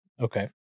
Okay